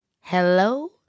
Hello